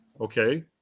okay